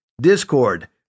discord